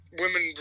women